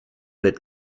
wird